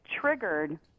triggered